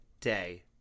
day